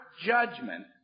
judgment